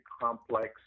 complex